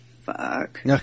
fuck